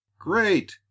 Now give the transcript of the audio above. Great